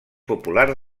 popular